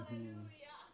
Hallelujah